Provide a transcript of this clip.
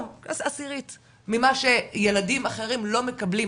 עשירית ממה שילדים אחרים לא מקבלים,